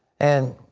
and,